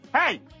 hey